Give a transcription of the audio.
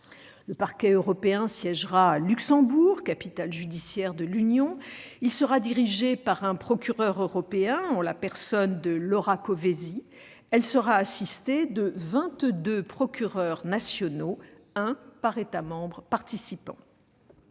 Le Parquet européen siégera à Luxembourg, capitale judiciaire de l'Union. Il sera dirigé par un procureur européen, en la personne de Laura Kövesi, qui sera assistée de 22 procureurs nationaux- un par État membre participant.